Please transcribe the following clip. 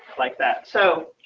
like that. so,